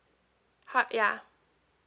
how ya